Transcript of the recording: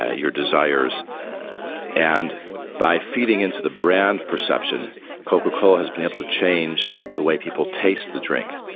ah your desires and by feeding into the brand perception coca cola has been able to change the way people taste the drink.